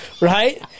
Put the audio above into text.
right